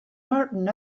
martin